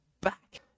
back